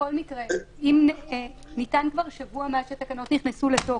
בכל מקרה, ניתן כבר שבוע מאז שהתקנות נכנסו לתוקף.